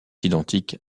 identiques